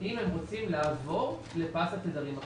אם הם רוצים לעבור לפס התדרים החדש.